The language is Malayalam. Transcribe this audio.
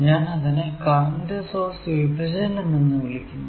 ഞാൻ അതിനെ കറന്റ് സോഴ്സ് വിഭജനം എന്ന് വിളിക്കുന്നു